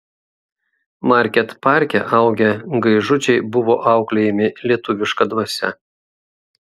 market parke augę gaižučiai buvo auklėjami lietuviška dvasia